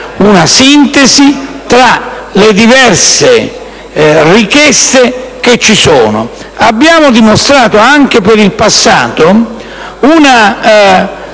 una sintesi tra le diverse richieste. Abbiamo dimostrato anche in passato un